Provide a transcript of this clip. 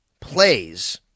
plays